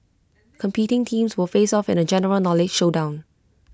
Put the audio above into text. competing teams will face off in A general knowledge showdown